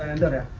and